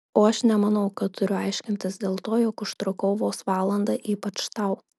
o aš nemanau kad turiu aiškintis dėl to jog užtrukau vos valandą ypač tau